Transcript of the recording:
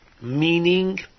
meaning